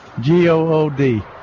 G-O-O-D